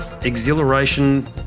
exhilaration